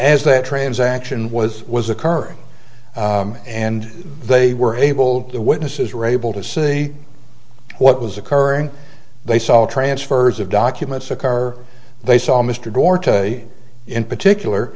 as that transaction was was occurring and they were able to witnesses raible to see what was occurring they saw transfers of documents a car they saw mr gore to in particular